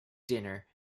dinner